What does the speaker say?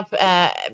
up